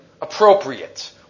appropriate